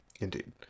Indeed